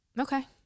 Okay